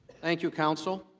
thank you, counsel.